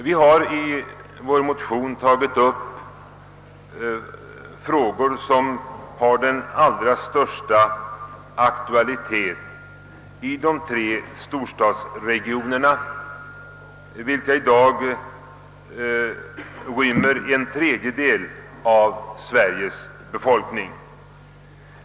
Vi har i vår motion tagit upp frågor som har den allra största aktualitet i de tre storstadsregionerna, vilka i dag rymmer en tredjedel av Sveriges befolkning.